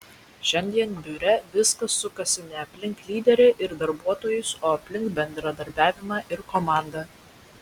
šiandien biure viskas sukasi ne aplink lyderį ir darbuotojus o aplink bendradarbiavimą ir komandą